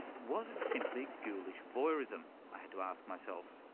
was it simply ghoulish voyeurism, i had to ask myself.